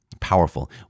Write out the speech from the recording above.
powerful